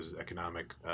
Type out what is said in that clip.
economic